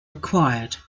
required